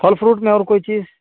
پھل فروٹ میں اور کوئی چیز